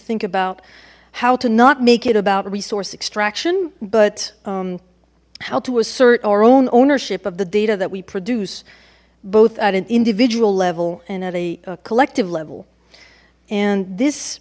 think about how to not make it about resource extraction but how to assert our own ownership of the data that we produce both at an individual level and at a collective level and this